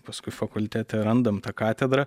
paskui fakultete randam tą katedrą